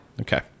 okay